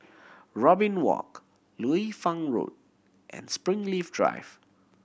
Robin Walk Liu Fang Road and Springleaf Drive